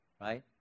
right